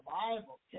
Bible